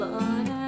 Lord